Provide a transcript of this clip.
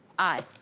aye.